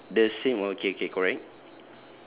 is it the same okay okay correct